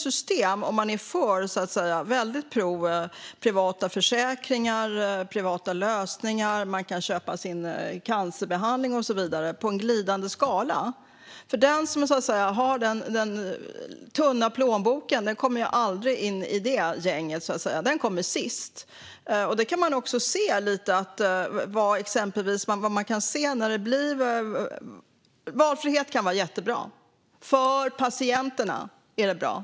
Om man är för system med privata försäkringar och lösningar där det går att köpa sin cancerbehandling hamnar man på en glidande skala. Den som har den tunna plånboken kommer ju aldrig in i det gänget utan kommer sist. Det kan vi också se. Valfrihet kan vara jättebra. För patienterna är det bra.